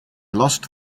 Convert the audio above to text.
lost